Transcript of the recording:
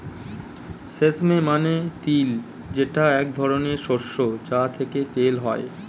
sesame মানে তিল যেটা এক ধরনের শস্য যা থেকে তেল হয়